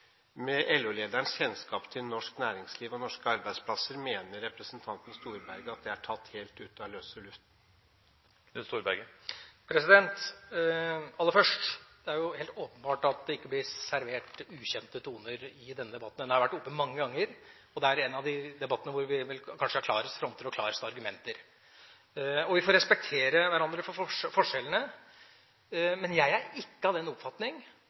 Med LO-lederens kjennskap til norsk næringsliv og norske arbeidsplasser, mener representanten Storberget at det er tatt helt ut av løse luften? Aller først: Det er helt åpenbart at det ikke blir servert ukjente toner i denne debatten. Den har vært oppe mange ganger, og det er en av de debattene hvor det kanskje er klarest fronter og klarest argumenter. Vi får respektere hverandre for forskjellene, men jeg er ikke av den oppfatning